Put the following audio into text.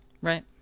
Right